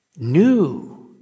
new